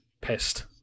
pissed